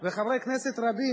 וחברי כנסת רבים,